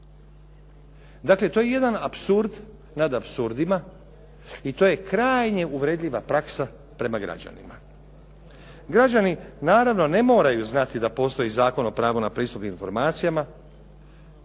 Dakle, to je jedan apsurd nad apsurdima i to je krajnje uvredljiva praksa prema građanima. Građani naravno ne moraju znati da postoji Zakon o pravu na pristup informacijama,